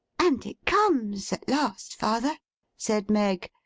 and it comes at last, father said meg,